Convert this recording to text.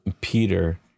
Peter